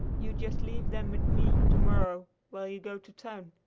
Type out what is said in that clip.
you just leave them with me to-morrow while you go to town.